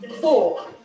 four